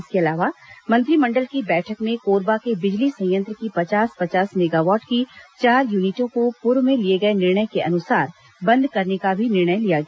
इसके अलावा मंत्रिमंडल की बैठक में कोरबा के बिजली संयंत्र की पचास पचास मेगावाट की चार यूनिटों को पूर्व में लिए गए निर्णय के अनुसार बंद करने का भी निर्णय लिया गया